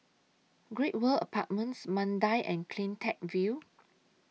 Great World Apartments Mandai and CleanTech View